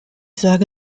sage